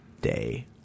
day